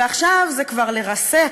ועכשיו זה כבר לרסק,